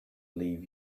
leave